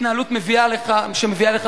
התנהלות שמביאה לכך,